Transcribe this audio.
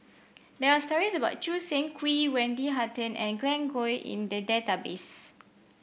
there are stories about Choo Seng Quee Wendy Hutton and Glen Goei in the database